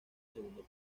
segundo